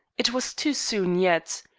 it was too soon yet.